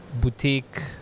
boutique